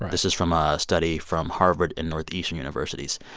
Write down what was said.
this is from a study from harvard and northeastern universities.